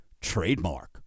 trademark